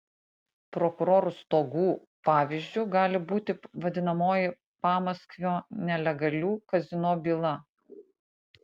prokurorų stogų pavyzdžiu gali būti vadinamoji pamaskvio nelegalių kazino byla